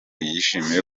yishimiye